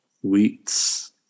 wheats